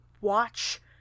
watch